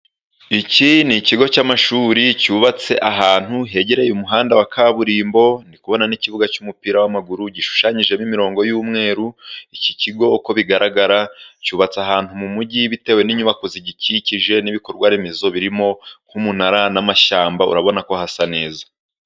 Iki ni ikigo cy'amashuri cyubatse ahantu hegereye umuhanda wa kaburimbo, ndi kubona n'ikibuga cy'umupira w'amaguru gishushanyijemo imirongo y'umweru. Iki kigo uko bigaragara cyubatse ahantu mu mug,i bitewe n'inyubako zigikikije, n'ibikorwaremezo birimo nk'umunara n'amashyamba, urabona ko hasa neza.